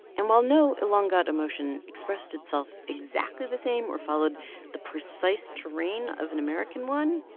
and while no ilongot emotion expressed itself exactly the same or followed the precise terrain of an american one,